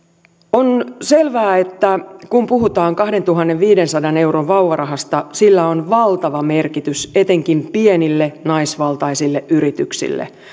on selvää että kun puhutaan kahdentuhannenviidensadan euron vauvarahasta sillä on valtava merkitys etenkin pienille naisvaltaisille yrityksille